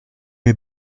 mes